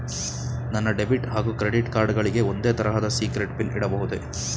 ನನ್ನ ಡೆಬಿಟ್ ಹಾಗೂ credit card ಗಳಿಗೆ ಒಂದೇ ತರಹದ ಸೀಕ್ರೇಟ್ ಪಿನ್ ಇಡಬಹುದೇ?